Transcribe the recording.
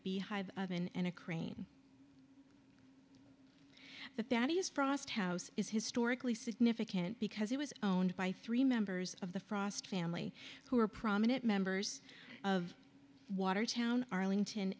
beehive of in and a crane that that is frost house is historically significant because it was by three members of the frost family who were prominent members of watertown arlington